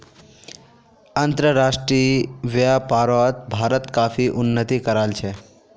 अंतर्राष्ट्रीय व्यापारोत भारत काफी उन्नति कराल छे